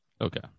Okay